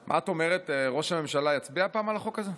מה את אומרת, ראש הממשלה יצביע הפעם על החוק הזה?